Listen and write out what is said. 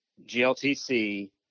GLTC